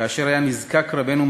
כאשר נזקק רבנו,